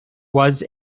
was